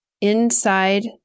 inside